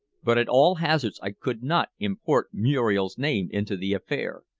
but at all hazards i could not import muriel's name into the affair.